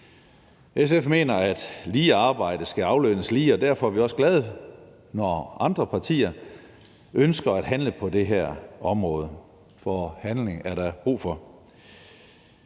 SF mener, at lige arbejde skal aflønnes lige, og derfor er vi også glade, når andre partier ønsker at handle på det her område, for handling er der brug for.